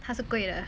他是贵的